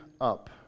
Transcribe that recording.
up